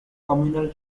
communal